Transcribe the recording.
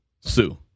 Sue